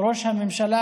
ראש הממשלה,